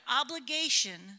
obligation